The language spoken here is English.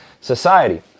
society